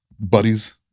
buddies